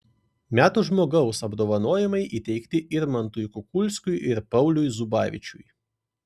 metų žmogaus apdovanojimai įteikti irmantui kukulskiui ir pauliui zubavičiui